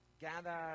Gather